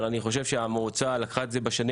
אבל אני חושב שהמועצה לקחה את זה בשנים